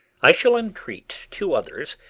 i shall entreat two others,